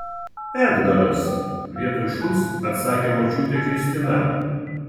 edgaras vietoj šuns atsakė močiutė kristina